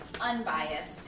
unbiased